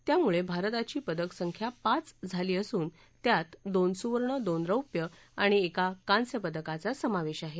त्यामुळे भारताची पदक संख्या पाच झाली असून त्यात दोन सुवर्ण दोन रौप्य आणि एका कांस्य पदकाचा समावेश आहे